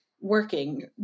working